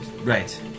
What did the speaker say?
Right